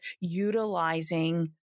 utilizing